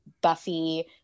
Buffy